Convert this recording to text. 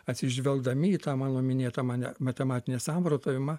atsižvelgdami į tą mano minėtą mane matematinį samprotavimą